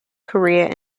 korea